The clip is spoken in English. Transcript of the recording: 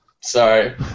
Sorry